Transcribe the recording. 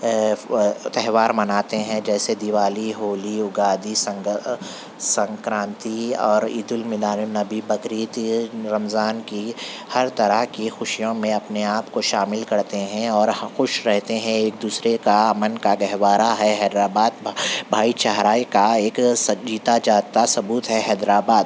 تہوار مناتے ہیں جیسے دیوالی ہولی اوگادی سنگر سنکرانتی اور عیدالمیلادالنبی بقرعید رمضان کی ہر طرح کی خوشیوں میں اپنے آپ کو شامل کرتے ہیں اور ہاں خوش رہتے ہیں ایک دوسرے کا من کا گہوارہ ہے حیدرآباد بھائی چارے کا ایک سب جیتا جاگتا ثبوت ہے حیدرآباد